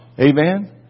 Amen